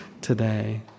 today